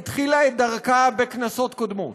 התחילה את דרכה בכנסות קודמות.